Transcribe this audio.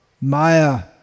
maya